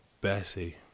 Bessie